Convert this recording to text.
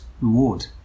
reward